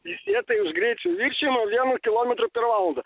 teisėtai už greičio viršijimą vienu kilometru per valandą